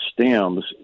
stems